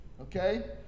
Okay